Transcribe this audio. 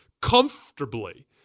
comfortably